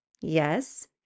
Yes